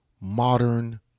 modern